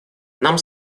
нам